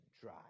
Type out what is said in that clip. dry